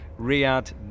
Riyadh